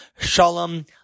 Shalom